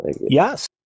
Yes